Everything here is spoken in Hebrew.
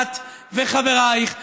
את וחברייך ודומייך,